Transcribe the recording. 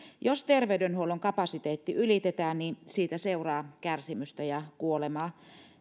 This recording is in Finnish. jos terveydenhuollon kapasiteetti ylitetään niin siitä seuraa kärsimystä ja kuolemaa